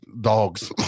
dogs